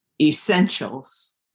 essentials